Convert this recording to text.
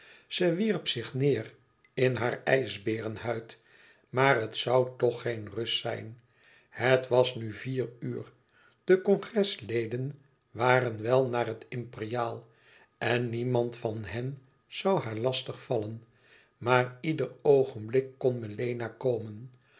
ze wierp zich neêr in haar ijsbeerenhuid maar het zoû toch geen rust zijn het was nu vier uur de congres leden waren wel naar het imperiaal en niemand van hen zoû haar lastig vallen maar ieder oogenblik kon melena komen